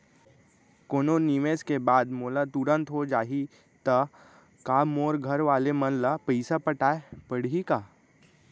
कोनो निवेश के बाद मोला तुरंत हो जाही ता का मोर घरवाले मन ला पइसा पटाय पड़ही का?